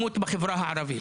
הפשיעה במגזר הערבי.